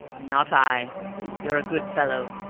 not i you're a good fellow.